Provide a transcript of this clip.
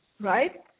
right